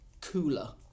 Cooler